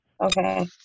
okay